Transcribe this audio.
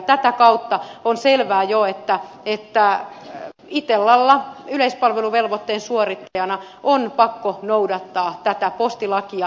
tätä kautta on selvää jo että itellan yleispalveluvelvoitteen suorittajana on pakko noudattaa tätä postilakia